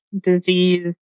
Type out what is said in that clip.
disease